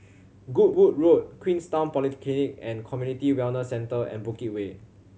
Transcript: Goodwood Road Queenstown Polyclinic and Community Wellness Centre and Bukit Way